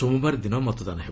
ସୋମବାର ଦିନ ମତଦାନ ହେବ